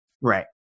right